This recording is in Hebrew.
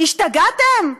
השתגעתם?